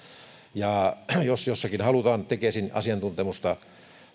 ja jos jossakin halutaan tekesin asiantuntemusta